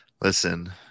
listen